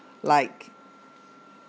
like